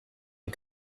and